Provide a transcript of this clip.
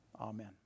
Amen